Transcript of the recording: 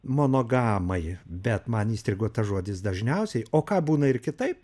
monogamai bet man įstrigo tas žodis dažniausiai o ką būna ir kitaip